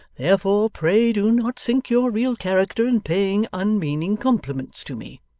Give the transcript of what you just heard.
therefore, pray do not sink your real character in paying unmeaning compliments to me